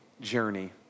journey